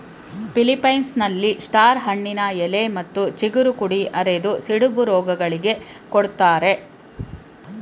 ಫಿಲಿಪ್ಪೈನ್ಸ್ನಲ್ಲಿ star ಹಣ್ಣಿನ ಎಲೆ ಮತ್ತು ಚಿಗುರು ಕುಡಿ ಅರೆದು ಸಿಡುಬು ರೋಗಿಗಳಿಗೆ ಕೊಡ್ತಾರೆ